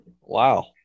Wow